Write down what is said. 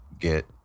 get